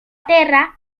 terra